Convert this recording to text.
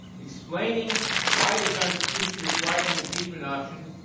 explaining why the constitution required an impeachment option.